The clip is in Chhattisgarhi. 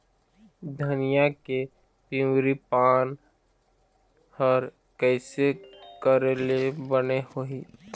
धनिया के पिवरी पान हर कइसे करेले बने होही?